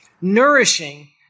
nourishing